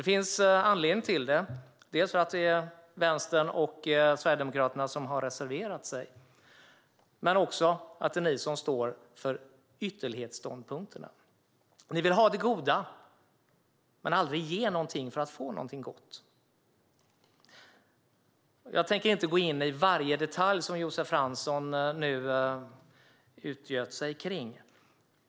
Det finns anledningar till det - dels att det är ni som har reserverat er, dels att det är ni som står för ytterlighetsståndpunkterna. Ni vill ha det goda men aldrig ge någonting för att få någonting gott. Jag tänker inte gå in i varje detalj som Josef Fransson utgöt sig kring.